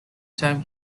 time